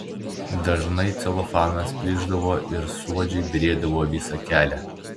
dažnai celofanas plyšdavo ir suodžiai byrėdavo visą kelią